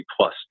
plus